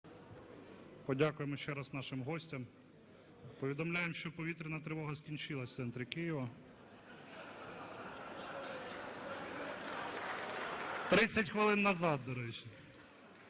подякуємо ще раз нашим гостям. Повідомляємо, що повітряна тривога скінчилась в центрі Києва. 30 хвилин назад, до речі.